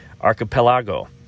archipelago